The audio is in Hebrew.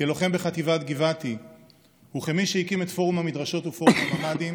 כלוחם בחטיבת גבעתי וכמי שהקים את פורום המדרשות ופורום הממ"דים,